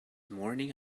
morning